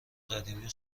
قدیمی